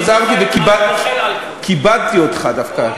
חזרתי וכיבדתי אותך דווקא.